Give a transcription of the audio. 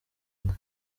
inka